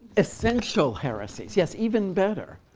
essential heresies. yes, even better.